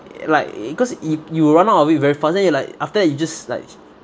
like cause if you will run out of it very fast then you like after that you just like